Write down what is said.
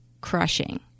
crushing